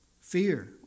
fear